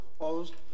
Opposed